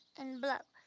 and blow.